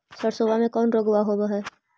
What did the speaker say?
सरसोबा मे कौन रोग्बा होबय है?